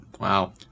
Wow